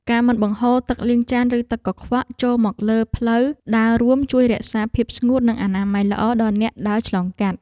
ការមិនបង្ហូរទឹកលាងចានឬទឹកកខ្វក់ចូលមកលើផ្លូវដើររួមជួយរក្សាភាពស្ងួតនិងអនាម័យល្អដល់អ្នកដើរឆ្លងកាត់។